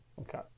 Okay